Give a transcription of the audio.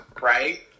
right